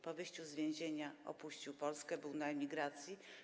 Po wyjściu z więzienia opuścił Polskę, był na emigracji.